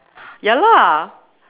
ya lah